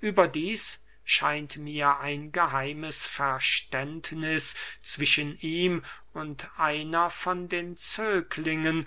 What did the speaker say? überdieß scheint mir ein geheimes verständniß zwischen ihm und einer von den zöglingen